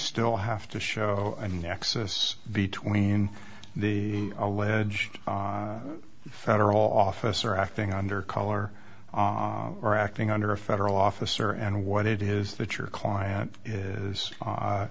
still have to show a nexus between the alleged federal officer acting under color or acting under a federal officer and what it is that your client is